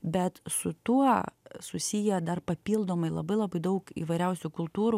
bet su tuo susiję dar papildomai labai labai daug įvairiausių kultūrų